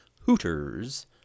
Hooter's